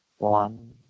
One